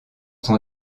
son